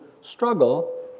struggle